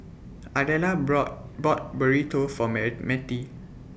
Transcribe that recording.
Ardella brought bought Burrito For Matie